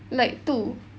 like two